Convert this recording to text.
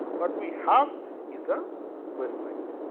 but we have is a website.